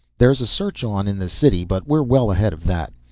there is a search on in the city, but we're well ahead of that.